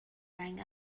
rang